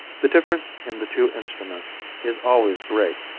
the difference in the two instruments is always great,